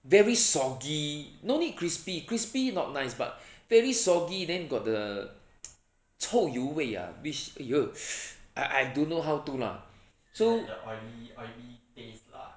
very soggy no need crispy crispy not nice but very soggy then got the 臭油味 ah which !eeyer! I I don't know how to lah so